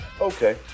Okay